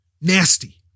nasty